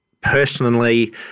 personally